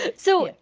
so,